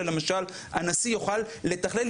אלא למשל הנשיא יוכל לתכלל,